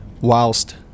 whilst